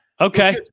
Okay